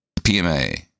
pma